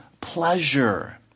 pleasure